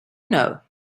know